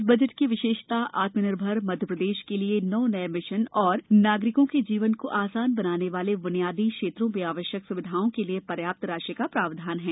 इस बजट की विशेषता आत्म निर्भर मध्यप्रदेश के लिए नौ नए मिशन और नागरिकों के जीवन को आसान बनाने वाले बुनियादी क्षेत्रों में आवश्यक सुविधाओं के लिए पर्याप्त राशि का प्रावधान है